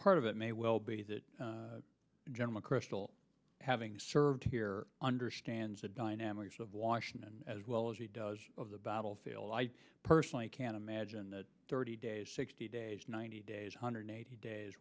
part of it may well be that general mcchrystal having served here understands the dynamics of washington as well as he does of the battlefield i personally can't imagine that thirty days sixty days ninety days hundred eighty days